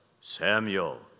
Samuel